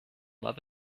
love